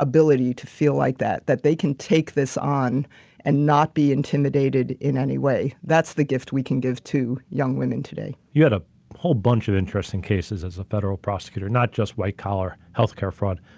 ability to feel like that, that they can take this on and not be intimidated in any way. that's the gift we can give to young women today. you had a whole bunch of interesting cases as a federal prosecutor, not just white-collar health care fraud.